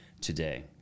today